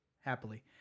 Happily